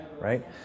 right